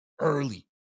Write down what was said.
early